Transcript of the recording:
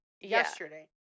yesterday